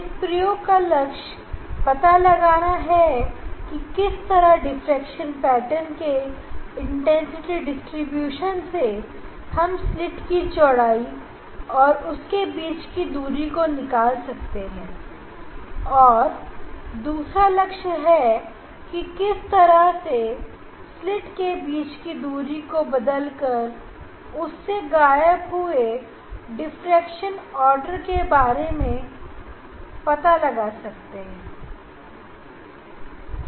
इस प्रयोग का लक्ष्य पता लगाना है कि किस तरह डिफ्रेक्शन पेटर्न के तीव्रता डिस्ट्रीब्यूशन से हम स्लिट की चौड़ाई और उनके बीच की दूरी को निकाल सकते हैं और दूसरा लक्ष्य है कि स्लिट के बीच की दूरी को बदलकर उस से ग़ायब हुए कुछ डिफ्रेक्शन ऑर्डर के बारे में पढ़ेंगे